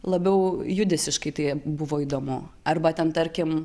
labiau judesiškai tai buvo įdomu arba ten tarkim